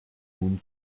nun